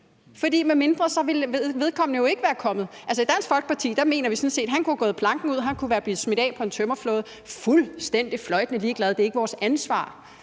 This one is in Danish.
for ellers ville vedkommende jo ikke være kommet. Altså, i Dansk Folkeparti mener vi sådan set, at han kunne være gået planken ud; han kunne være blevet smidt af på en tømmerflåde. Vi er fuldstændig fløjtende ligeglade – det er ikke vores ansvar.